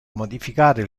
modificare